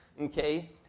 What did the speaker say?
Okay